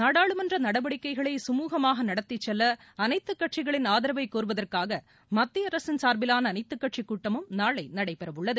நாடாளுமன்ற நடவடிக்கைகளை சுமூகமாக நடத்திச் செல்ல அனைத்துக் கட்சிகளின் ஆதரவை கோருவதற்காக மத்திய அரசின் சார்பிலான அனைத்து கட்சி கூட்டமும் நாளை நடைபெறவுள்ளது